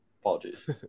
Apologies